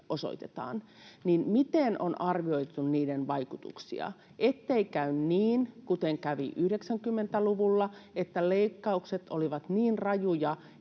osoitettavien rajujen leikkausten vaikutuksia, ettei käy niin, kuten kävi 90-luvulla, että leikkaukset olivat niin rajuja,